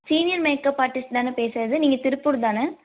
senior makeup artist தானே பேசுவது நீங்கள் திருப்பூர் தானே